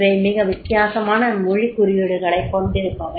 இவை மிக வித்தியாசமானமொழிக் குறியீடுகளைக் கொண்டிருப்பவை